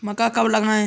मक्का कब लगाएँ?